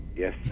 Yes